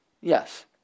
Yes